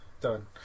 done